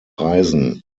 reisen